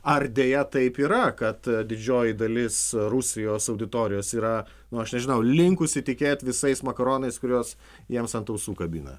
ar deja taip yra kad didžioji dalis rusijos auditorijos yra nu aš nežinau linkusi tikėt visais makaronais kuriuos jiems ant ausų kabina